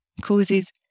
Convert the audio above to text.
causes